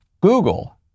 Google